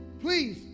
please